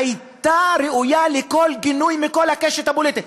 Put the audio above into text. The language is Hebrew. הייתה ראויה לכל גינוי, מכל הקשת הפוליטית.